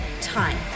time